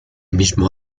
mismo